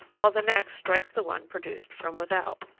while the next strikes the one produced from without.